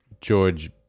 George